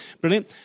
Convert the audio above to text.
Brilliant